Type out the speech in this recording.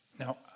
Now